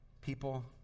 people